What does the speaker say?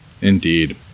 Indeed